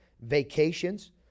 Vacations